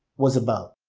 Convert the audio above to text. was about.